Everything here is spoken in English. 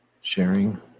sharing